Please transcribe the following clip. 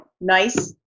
nice